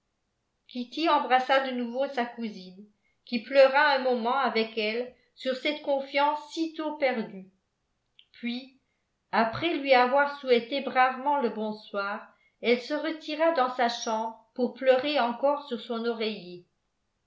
kitty embrassa de nouveau sa cousine qui pleura un moment avec elle sur cette confiance si tôt perdue puis après lui avoir souhaité bravement le bonsoir elle se retira dans sa chambre pour pleurer encore sur son oreiller